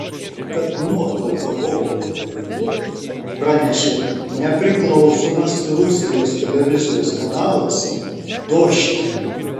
kad nuotrauka buvo pakoreguota pranešė nepriklausomas rusijos televizijos kanalas dožd